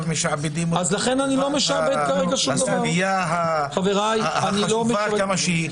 משעבדים אותו לנושא הגבייה החשובה ככל שתהיה.